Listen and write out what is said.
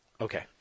Okay